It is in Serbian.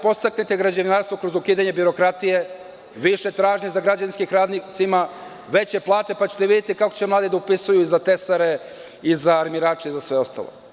Podstaknite građevinarstvo kroz ukidanje birokratije, više tražnje za građevinskim radnicima, veće plate, pa ćete videti kako će mladi da upisuju za tesare i za armirače i za sve ostalo.